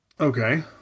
Okay